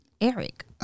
Eric